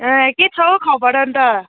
ए के छ हौ खबर अन्त